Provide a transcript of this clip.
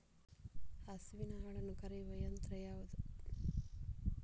ಹಸುವಿನ ಹಾಲನ್ನು ಕರೆಯುವ ಯಂತ್ರ ಯಾವುದು?